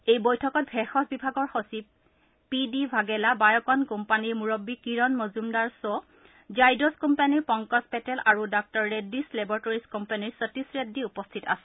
এই বৈঠকত ভেষজ বিভাগৰ সচিব পি ডি ভাগেলা বায়'কন কোম্পানীৰ মূৰববী কিৰণ মজুমদাৰ খ জাইডছ কোম্পানীৰ পংকজ পেটেল আৰু ডঃ ৰেড্ডীছ লেবৰটৰিছ কোম্পানীৰ সতীশ ৰেড্ডী উপস্থিত আছিল